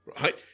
right